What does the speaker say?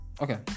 Okay